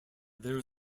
there